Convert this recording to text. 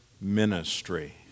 ministry